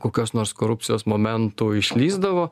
kokios nors korupcijos momentų išlįsdavo